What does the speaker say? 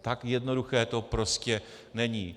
Tak jednoduché to prostě není.